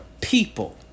people